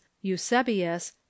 Eusebius